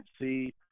see